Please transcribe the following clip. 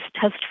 test